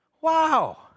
Wow